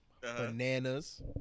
Bananas